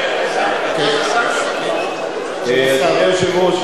אדוני היושב-ראש,